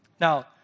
Now